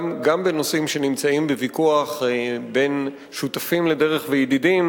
בנושאים שנמצאים בוויכוח בין שותפים לדרך וידידים,